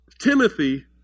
Timothy